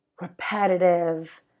repetitive